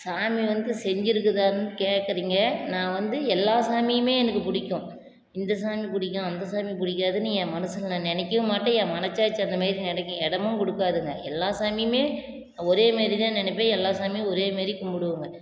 சாமி வந்து செஞ்சுருக்குதான்னு கேட்கறீங்க நான் வந்து எல்லா சாமியுமே எனக்கு பிடிக்கும் இந்த சாமி பிடிக்கும் அந்த சாமி பிடிக்காதுன்னு ஏன் மனசில் நான் நினைக்கவும் மாட்டேன் என் மனச்சாட்சி அந்தமாரி நினைக்க இடமும் கொடுக்காதுங்க எல்லா சாமியுமே ஒரேமாரிதான் நினைப்பேன் எல்லா சாமியும் ஒரேமாரி கும்பிடுவோங்க